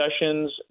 sessions